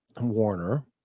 Warner